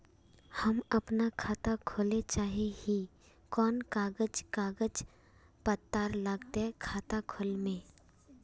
हम अपन खाता खोले चाहे ही कोन कागज कागज पत्तार लगते खाता खोले में?